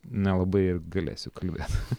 nelabai ir galėsiu kalbėt